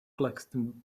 claxton